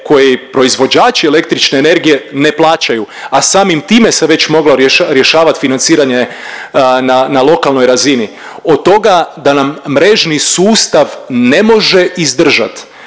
koje proizvođači električne energije ne plaćaju a samim time se već moglo rješavati financiranje na lokalnoj razini, od toga da nam mrežni sustav ne može izdržat